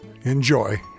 Enjoy